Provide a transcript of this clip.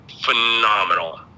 phenomenal